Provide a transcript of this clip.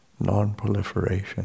non-proliferation